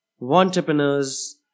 entrepreneurs